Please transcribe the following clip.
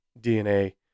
DNA